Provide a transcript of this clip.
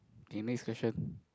okay next question